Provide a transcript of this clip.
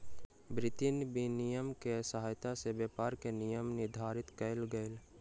वित्तीय विनियम के सहायता सॅ व्यापार के नियम निर्धारित कयल गेल